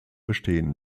bestehen